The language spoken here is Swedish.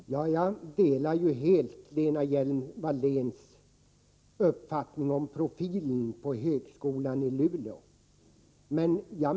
Herr talman! Jag delar helt Lena Hjelm-Walléns uppfattning om profilen på högskolan i Luleå.